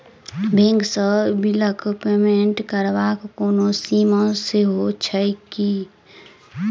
Bank सँ बिलक payment करबाक कोनो सीमा सेहो छैक की?